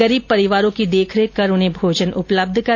गरीब परिवारों की देखरेख कर उन्हें भोजन उपलब्ध करवावें